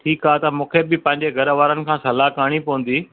ठीक आहे त मूंखे बि पहिंजे घर वारनि सां सलाह करिणी पवंदी